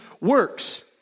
works